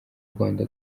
rwanda